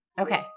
Okay